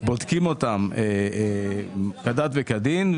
בודקים אותם כדת וכדין,